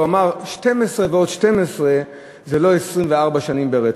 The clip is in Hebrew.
אמר: 12 ועוד 12 זה לא 24 שנים ברצף.